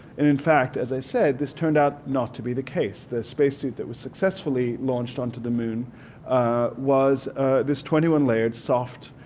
and in fact as i said this turned out not to be the case. the spacesuit that was successfully launched onto the moon was this twenty one layered soft,